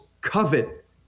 covet